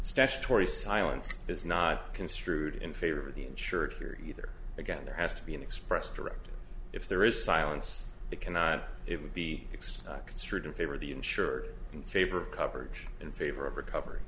statutory silence is not construed in favor of the insured here either again there has to be an express directed if there is silence it cannot it would be fixed construed in favor of the insured in favor of coverage in favor of recovery